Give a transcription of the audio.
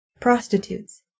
prostitutes